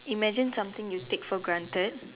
imagine something you take for granted